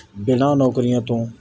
ਬਿਨਾਂ ਨੌਕਰੀਆਂ ਤੋਂ